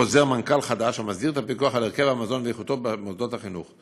חוזר מנכ"ל חדש המסדיר את הפיקוח על הרכב המזון ואיכותו במוסדות החינוך.